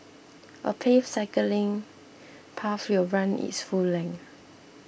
a paved cycling path will run its full length